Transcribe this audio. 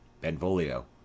Benvolio